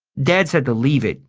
dad said to leave it,